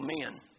men